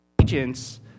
agents